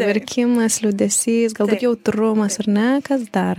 verkimas liūdesys galbūt jautrumas ar ne kas dar